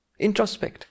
Introspect